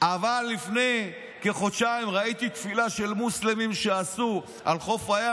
אבל לפני כחודשיים ראיתי תפילה של מוסלמים שעשו על חוף הים,